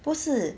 不是